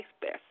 best